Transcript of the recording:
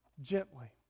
gently